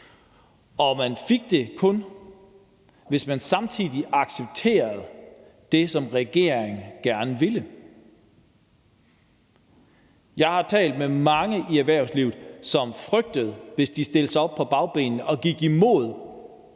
Og man fik det kun, hvis man samtidig accepterede det, som regeringen gerne ville. Jeg har talt med mange i erhvervslivet, som frygtede, hvad der ville ske, hvis de stillede sig på bagbenene og gik imod